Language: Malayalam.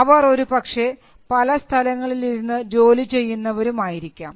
അവർ ഒരുപക്ഷേ പല സ്ഥലങ്ങളിൽ ഇരുന്ന് ജോലി ചെയ്യുന്നവരും ആയിരിക്കാം